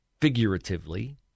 figuratively